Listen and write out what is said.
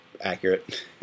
accurate